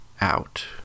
out